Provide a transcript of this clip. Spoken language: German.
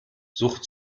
suche